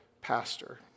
pastor